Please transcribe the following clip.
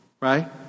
Right